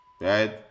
right